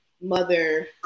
mother